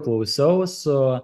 klausiau su